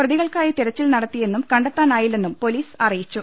പ്രതികൾക്കായി തിരച്ചിൽ നടത്തിയെന്നും കണ്ടെത്താ നായില്ലെന്നും പ്പൊലീസ് അറിയിച്ചു